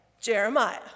Jeremiah